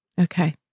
okay